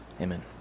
Amen